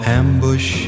ambush